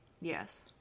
Yes